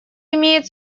имеет